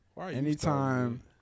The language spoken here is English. Anytime